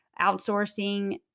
outsourcing